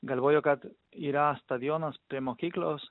galvoju kad yra stadionas prie mokyklos